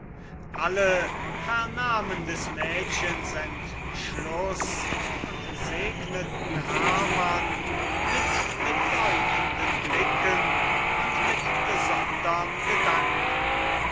alle vernahmen des mädchens entschluß und segneten hermann mit bedeutenden blicken und mit besondern gedanken